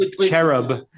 cherub